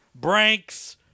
branks